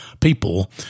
people